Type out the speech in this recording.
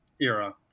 era